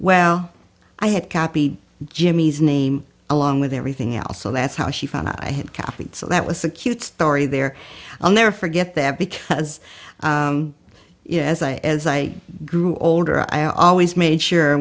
well i had copied jimmy's name along with everything else so that's how she found out i had copied so that was a cute story there i'll never forget that because you know as i as i grew older i always made sure